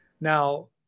now